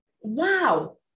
Wow